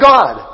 God